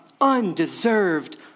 undeserved